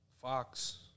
Fox